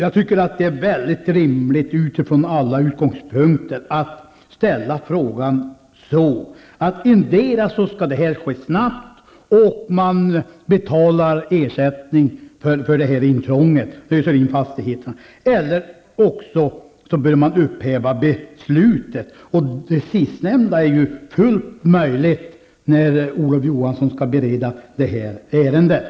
Det är rimligt utifrån alla utgångspunkter att kräva att man endera snabbt avgör frågan och betalar ut ersättning för intrånget eller löser in fastigheterna, eller också upphäver beslutet. Det sistnämnda är fullt möjligt när Olof Johansson skall bereda ärendet.